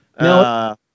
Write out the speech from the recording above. No